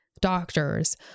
doctors